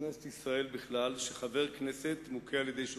ולכנסת ישראל בכלל, שחבר כנסת מוכה על-ידי שוטרים.